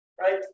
Right